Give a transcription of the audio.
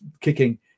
kicking